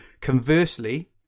Conversely